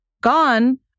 Gone